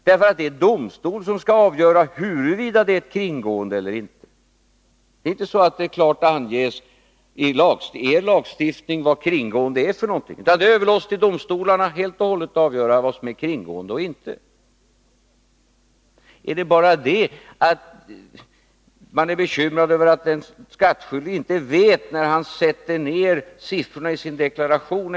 Det är nämligen domstolen som skall avgöra huruvida det är kringgående eller inte. Det anges inte klart i er lagstiftning vad kringgående är för något, utan det överlåts helt och hållet åt domstolarna att avgöra detta. Gäller det bara det att man är bekymrad över att den skattskyldige inte vet exakt hur det skall bli när han skriver ner siffrorna i sin deklaration?